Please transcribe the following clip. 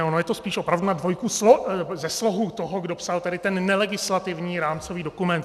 Ono je to spíš opravdu na dvojku ze slohu toho, kdo psal tady ten nelegislativní rámcový dokument.